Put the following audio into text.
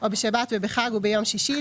או בשבת ובחג וביום שישי,